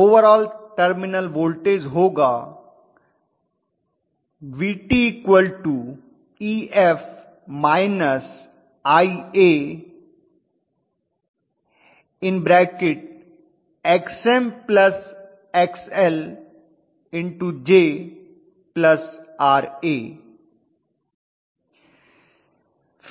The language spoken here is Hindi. ओवरॉल टर्मिनल वोल्टेज होगा Vt Ef −Ia Xm Xl jRa छात्र